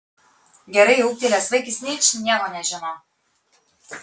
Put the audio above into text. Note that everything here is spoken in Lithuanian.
gerai ūgtelėjęs vaikis ničnieko nežino